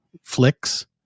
Flicks